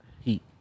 heat